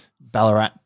Ballarat